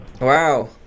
wow